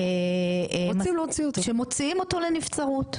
שמוציאים אותו לנבצרות,